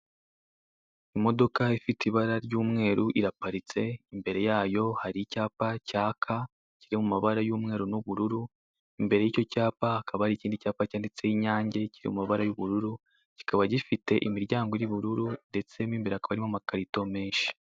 Imodoka ifite ibara ry'umweru iparitse, imbere yayo hari icyapa cyake kiri mu mabara y'umweru n'ubururu imbere y'icyo cyapa hakaba hari ikindi cyapa cyanditseho Inyange kiri mu mabara y'ubururu kikaba gifite imiryango y'ubururu ndetse mu imbere hakaba harimo amakarito menshi.